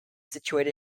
situated